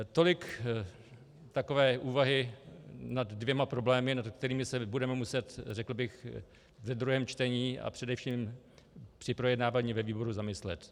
Tolik úvahy nad dvěma problémy, nad kterými se budeme muset, řekl bych, ve druhém čtení a především při projednávání ve výboru zamyslet.